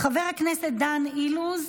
חבר הכנסת דן אילוז,